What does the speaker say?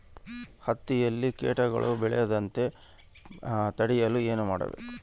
ಹತ್ತಿಯಲ್ಲಿ ಕೇಟಗಳು ಬೇಳದಂತೆ ತಡೆಯಲು ಏನು ಮಾಡಬೇಕು?